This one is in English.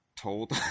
told